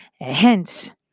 Hence